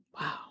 Wow